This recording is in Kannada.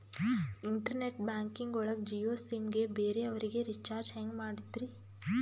ಇಂಟರ್ನೆಟ್ ಬ್ಯಾಂಕಿಂಗ್ ಒಳಗ ಜಿಯೋ ಸಿಮ್ ಗೆ ಬೇರೆ ಅವರಿಗೆ ರೀಚಾರ್ಜ್ ಹೆಂಗ್ ಮಾಡಿದ್ರಿ?